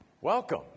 Welcome